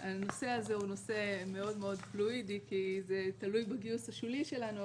הנושא הזה הוא נושא מאוד פלואידי כי זה תלוי בגיוס השולי שלנו,